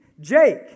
Jake